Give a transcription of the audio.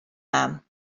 mam